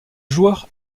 joueur